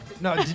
No